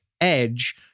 edge